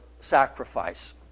sacrifice